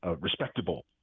respectable